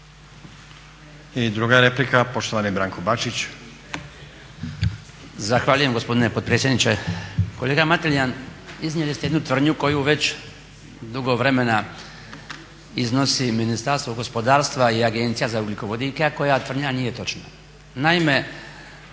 I druga replika, poštovani Branko Bačić.